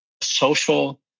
social